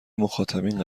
مخاطبین